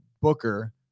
Booker